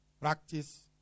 practice